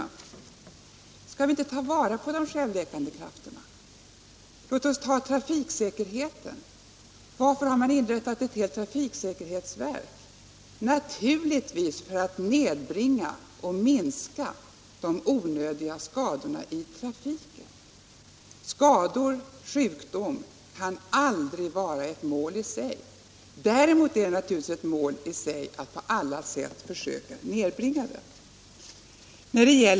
Men skall vi inte ta vara på de självläkande krafterna? Låt oss ta trafiksäkerheten t.ex. — varför har man inrättat ett trafiksäkerhetsverk? Naturligtvis för att nedbringa de onödiga skadorna i trafiken! Skador och sjukdom kan aldrig vara ett mål i sig. Däremot är det naturligtvis ett mål i sig att på alla sätt försöka nedbringa dem.